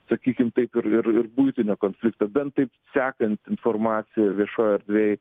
sakykim taip ir ir ir buitinio konflikto bent taip sekant informaciją viešojoj erdvėj